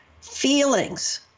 feelings